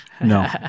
no